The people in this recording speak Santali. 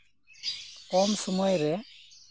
ᱠᱚᱢ ᱥᱩᱢᱟᱹᱭ ᱨᱮ